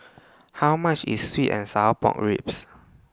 How much IS Sweet and Sour Pork Ribs